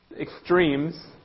extremes